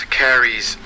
carries